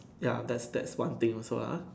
ya that's that's one thing also lah